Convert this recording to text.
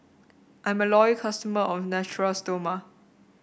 I'm a loyal customer of Natura Stoma